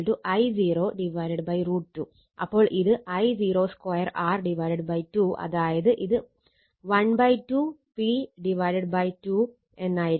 അപ്പോൾ ഇത് I0 2 R 2 അതായത് ഇത് 12 P 2 എന്നായിരിക്കും